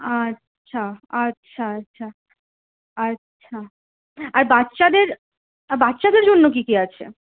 আচ্ছা আচ্ছা আচ্ছা আচ্ছা আর বাচ্চাদের বাচ্চাদের জন্য কী কী আছে